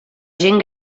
gent